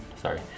Sorry